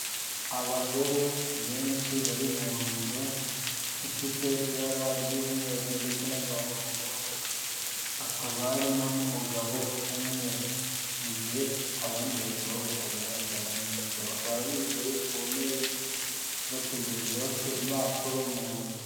Abagore benshi bari mu nzu ifite ibara ry'umweru ndetse n'agahondo akaba harimo n'umugabo umwe, mu gihe abandi bagabo batagaragara neza bakaba bicaye ku ntebe bategereje bafite impapuro mu ntoki.